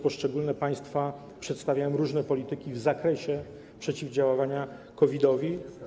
Poszczególne państwa przedstawiają różne polityki w zakresie przeciwdziałania COVID-owi.